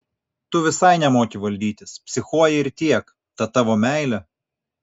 tu visai nemoki valdytis psichuoji ir tiek ta tavo meilė